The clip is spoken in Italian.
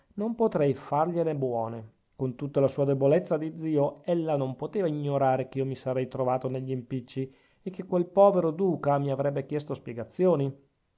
non potrei fargliele buone con tutta la sua debolezza di zio ella non poteva ignorare che io mi sarei trovato negli impicci e che quel povero duca mi avrebbe chiesto spiegazioni